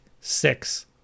six